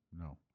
No